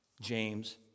James